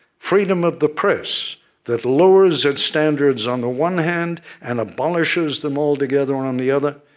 freedom of the press that lowers its standards on the one hand, and abolishes them altogether one on the other,